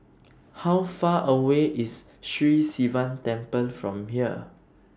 How Far away IS Sri Sivan Temple from here